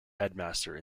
headmaster